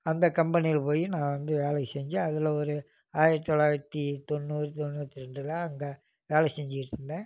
அந்த கம்பெனியில் போய் நான் வந்து வேலை செஞ்சேன் அதில் ஒரு ஆயிரத்தி தொள்ளாயிரத்தி தொண்ணூறு தொண்ணூற்றி ரெண்டில் அங்கே வேலை செஞ்சுக்கிட்டு இருந்தேன்